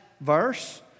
verse